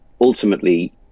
Ultimately